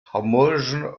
harmonischen